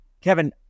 Kevin